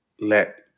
let